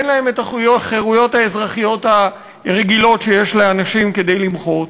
אין להם החירויות האזרחיות הרגילות שיש לאנשים כדי למחות.